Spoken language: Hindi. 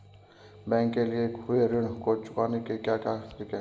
बैंक से लिए हुए ऋण को चुकाने के क्या क्या तरीके हैं?